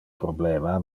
problema